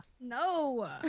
No